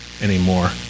anymore